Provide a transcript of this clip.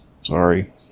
Sorry